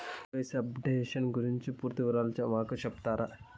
KYC updation గురించి పూర్తి వివరాలు మాకు సెప్తారా?